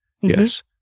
Yes